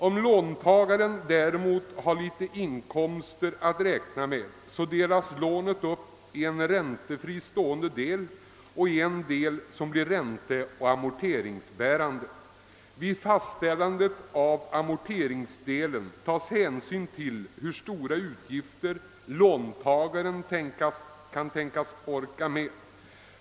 Om låntagaren däremot har inkomster delas lånet upp i en räntefri stående del och en del som blir ränteoch amorteringsbärande. Vid fastställande av ränteoch amorteringsdelen tar man hänsyn till hur stora utgifter låntagaren kan tänkas orka med.